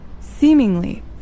seemingly